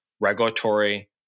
regulatory